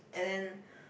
and